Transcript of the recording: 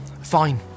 Fine